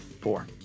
Four